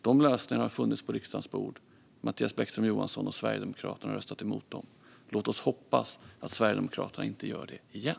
De lösningarna har funnits på riksdagens bord. Mattias Bäckström Johansson och Sverigedemokraterna har röstat emot dem. Låt oss hoppas att Sverigedemokraterna inte gör det igen!